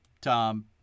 Tom